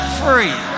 free